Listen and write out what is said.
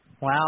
Wow